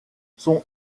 son